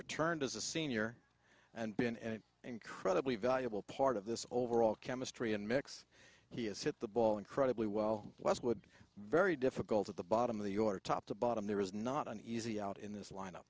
returned as a senior and been an incredibly valuable part of this overall chemistry and mix he has hit the ball incredibly well westwood very difficult at the bottom of the your top to bottom there is not an easy out in this lineup